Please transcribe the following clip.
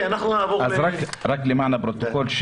אז רק למען הפרוטוקול,